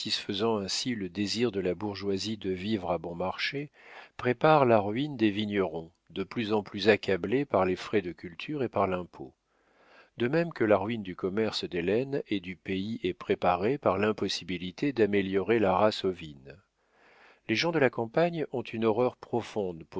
ainsi le désir de la bourgeoisie de vivre à bon marché prépare la ruine des vignerons de plus en plus accablés par les frais de culture et par l'impôt de même que la ruine du commerce des laines et du pays est préparée par l'impossibilité d'améliorer la race ovine les gens de la campagne ont une horreur profonde